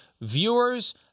viewers